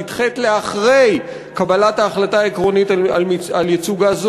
נדחית לאחרי קבלת ההחלטה העקרונית על ייצוא גז,